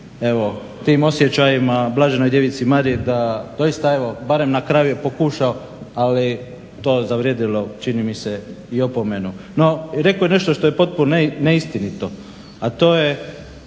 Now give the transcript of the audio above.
tim osjećajima Blaženoj Djevici Mariji da doista evo barem na kraju je pokušao ali to je zavrijedilo čini mi se i opomenu. No rekao je nešto što je potpuno neistinito a to je